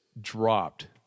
dropped